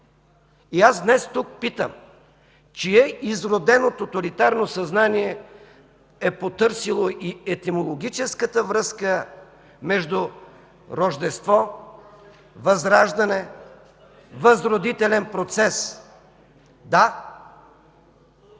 И аз днес тук питам: чие изродено тоталитарно съзнание е потърсило и етимологическата връзка между Рождество – възраждане – възродителен процес? Да,